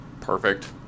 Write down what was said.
perfect